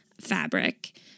fabric